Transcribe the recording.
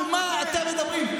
על מה אתם מדברים?